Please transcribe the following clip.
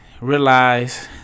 realize